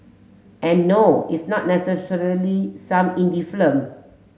and no it's not necessarily some indie film